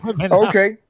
Okay